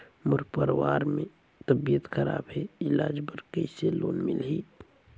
मोर परवार मे तबियत खराब हे इलाज बर कइसे लोन मिलही?